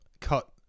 cut